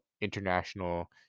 international